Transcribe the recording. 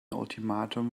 ultimatum